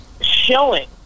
showing